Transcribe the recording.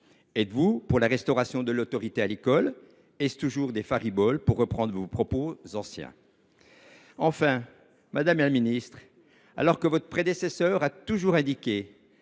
Êtes vous pour la restauration de l’autorité à l’école, ou s’agit il toujours de « fariboles », pour reprendre vos anciens propos ? Enfin, madame la ministre, alors que votre prédécesseur a toujours indiqué